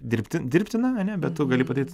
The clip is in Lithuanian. dirbti dirbtina ane bet tu gali padaryt